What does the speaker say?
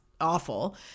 awful